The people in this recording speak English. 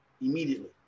immediately